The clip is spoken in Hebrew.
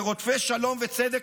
ורודפי שלום וצדק,